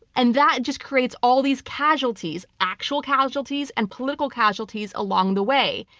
and that just creates all these casualties, actual casualties and political casualties, along the way.